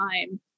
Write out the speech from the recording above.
time